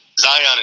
Zion